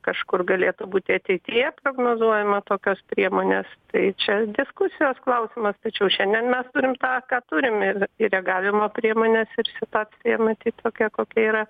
kažkur galėtų būti ateityje prognozuojama tokios priemonės tai čia diskusijos klausimas tačiau šiandien mes turim tą ką turim ir ir reagavimo priemones ir situacija matyt tokia kokia yra